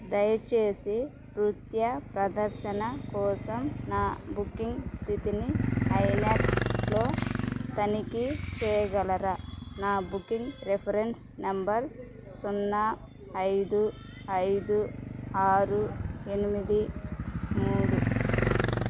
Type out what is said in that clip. దయచేసి నృత్య ప్రదర్శన కోసం నా బుకింగ్ స్థితిని ఐనాక్స్లో తనిఖీ చేయగలరా నా బుకింగ్ రిఫరెన్స్ నెంబర్ సున్నా ఐదు ఐదు ఆరు ఎనిమిది మూడు